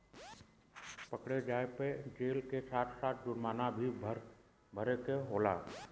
पकड़े जाये पे जेल के साथ साथ जुरमाना भी भरे के होला